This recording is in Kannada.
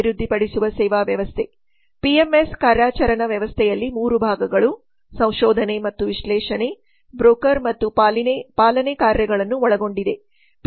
ಅಭಿವೃದ್ಧಿಪಡಿಸುವ ಸೇವಾ ವ್ಯವಸ್ಥೆ ಪಿಎಂಎಸ್ ಕಾರ್ಯಾಚರಣಾ ವ್ಯವಸ್ಥೆಯಲ್ಲಿ 3 ಭಾಗಗಳು ಸಂಶೋಧನೆ ಮತ್ತು ವಿಶ್ಲೇಷಣೆ ಬ್ರೋಕರ್ ಮತ್ತು ಪಾಲನೆ ಕಾರ್ಯಗಳನ್ನು ಒಳಗೊಂಡಿದೆ